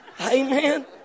Amen